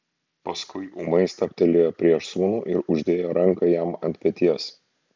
paskui ūmai stabtelėjo prieš sūnų ir uždėjo ranką jam ant peties